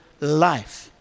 life